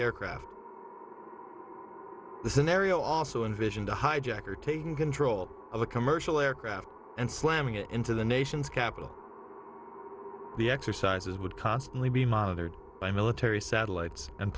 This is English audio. aircraft the scenario also envisioned a hijacker taking control of a commercial aircraft and slamming it into the nation's capital the exercises would constantly be monitored by military satellites and